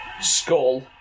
Skull